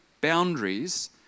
boundaries